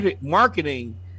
marketing